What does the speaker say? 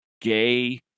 gay